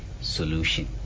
solution